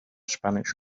spanish